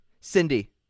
Cindy